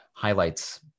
highlights